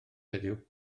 heddiw